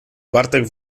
bartek